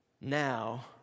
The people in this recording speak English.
now